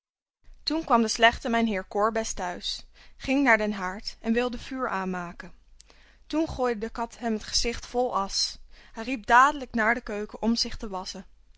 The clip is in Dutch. toen kwam de slechte mijnheer korbes thuis ging naar den haard en wilde vuur aanmaken toen gooide de kat hem het gezicht vol asch hij liep dadelijk naar de keuken om zich te wasschen